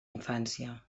infància